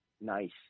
nice